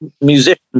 musicians